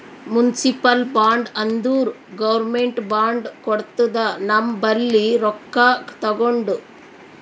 municipal bond ಅಂದುರ್ government bond ಕೊಡ್ತುದ ನಮ್ ಬಲ್ಲಿ ರೊಕ್ಕಾ ತಗೊಂಡು